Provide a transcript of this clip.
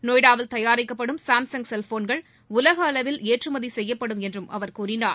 நொய்டாவில் தயாரிக்கப்படும் சாம்சுப் செல்போன்கள் உலக அளவில் ஏற்றுமதி செய்யப்படும் என்றும் அவர் கூறினார்